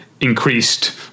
increased